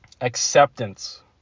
acceptance